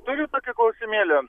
turiu tokį klausimėlį